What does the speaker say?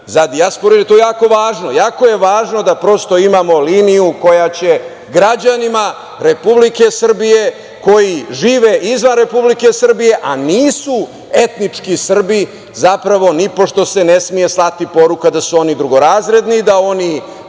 za dijasporu, jer je to jako važno. Jako je važno da imamo liniju koja će građanima Republike Srbije koji žive izvan Republike Srbije, a nisu etnički Srbi, zapravo, nipošto se ne sme slati poruka da su oni drugorazredni, da o